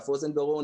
אף אוזן גרון,